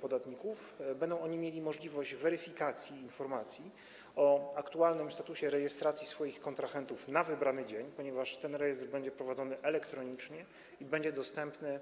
Podatnicy będą mieli możliwość weryfikacji informacji o aktualnym statusie rejestracji swoich kontrahentów na wybrany dzień, ponieważ rejestr będzie prowadzony elektronicznie i będzie dostępny